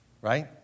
right